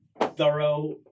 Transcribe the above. thorough